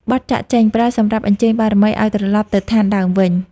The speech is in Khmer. បទចាកចេញ ប្រើសម្រាប់អញ្ជើញបារមីឱ្យត្រឡប់ទៅឋានដើមវិញ។